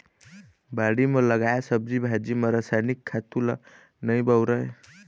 बाड़ी म लगाए सब्जी भाजी म रसायनिक खातू ल नइ बउरय